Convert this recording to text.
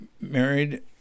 married